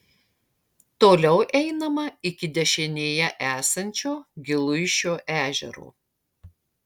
toliau einama iki dešinėje esančio giluišio ežero